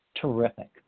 terrific